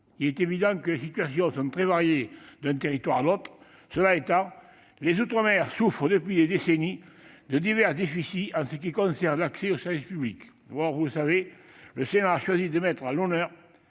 Bien évidemment, les situations sont très variées d'un territoire à l'autre. Cela étant, les outre-mer souffrent, depuis des décennies, de divers déficits en ce qui concerne l'accès aux services publics. Enfin, vous le savez, le Sénat a choisi de mettre à l'honneur